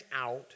out